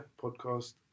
podcast